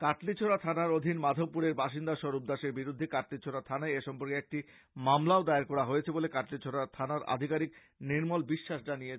কাটলিছড়া থানার অধীন মাধবপুরের বাসিন্দা স্বরূপ দাসের বিরুদ্ধে কাটলিছড়া থানায় এই সম্পর্কে একটি মামলাও দায়ের করা হয়েছে বলে কাটলিছড়া থানার আধিকারিক নির্মল বিশ্বাস জানিয়েছেন